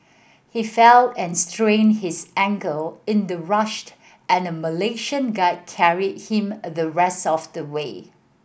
he fell and strained his ankle in the rushed and Malaysian guide carried him the rest of the way